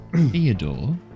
Theodore